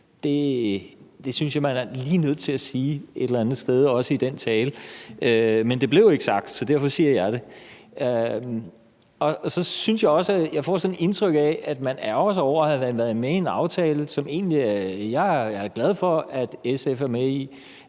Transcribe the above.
Det synes jeg et eller andet sted også lige man er nødt til at sige i den tale. Men det blev ikke sagt, så derfor siger jeg det. Så synes jeg også, at jeg får sådan et indtryk af, at man ærgrer sig over at have været med i en aftale, som jeg egentlig er glad for at SF er med i.